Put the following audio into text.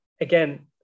again